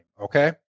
okay